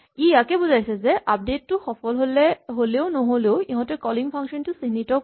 ই ইয়াকে বুজাইছে যে আপডেট টো সফল হ'লেও নহ'লেও ইহঁতে কলিং ফাংচন টো চিহ্নিত কৰিব